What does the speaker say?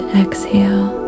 exhale